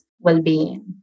well-being